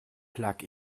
plug